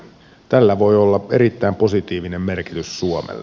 tällä voi olla erittäin positiivinen merkitys suomelle